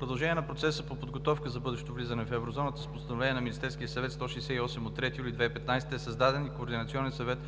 продължение на процеса на подготовка за бъдещото влизане в Еврозоната, с Постановление на Министерския съвет № 168 от 3 юли 2015 г. е създаден координационен съвет